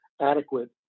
adequate